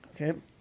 Okay